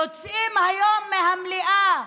יוצאים היום מהמליאה,